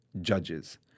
judges